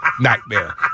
nightmare